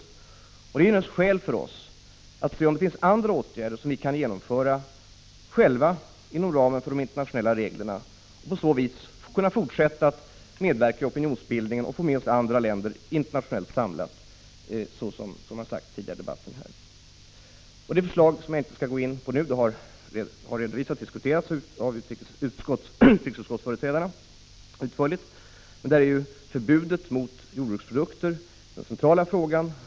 Det är naturligtvis ett skäl för oss att se om det finns andra åtgärder som vi kan genomföra själva, inom ramen för de internationella reglerna, och på så vis kunna fortsätta att medverka i opinionsbildningen och få med oss andra länder i en internationell samling, vilket det har talats om tidigare i debatten. I förslaget, som jag inte skall gå in på nu, eftersom det har redovisats utförligt av utskottsföreträdarna, är förbud mot import av jordbruksprodukter den centrala frågan.